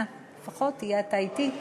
אנא, לפחות תהיה אתה אתי.